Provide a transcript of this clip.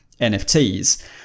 NFTs